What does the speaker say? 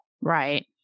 Right